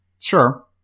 Sure